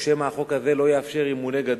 או שמא החוק הזה לא יאפשר אימוני גדנ"ע,